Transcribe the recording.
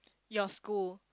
your school